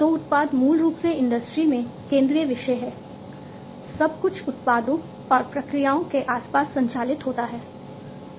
तो उत्पाद मूल रूप से इंडस्ट्री में केंद्रीय विषय है सब कुछ उत्पादों और प्रक्रियाओं के आसपास संचालित होता है